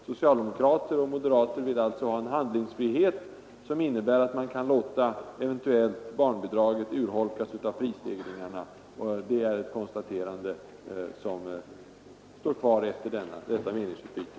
Socialdemokrater och moderater vill alltså ha en handlingsfrihet, som innebär att man eventuellt kan låta barnbidrag urholkas av prisstegringarna. Det är ett konstaterande som står kvar efter detta meningsutbyte.